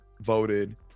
voted